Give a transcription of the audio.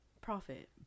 Profit